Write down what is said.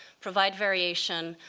provide variation,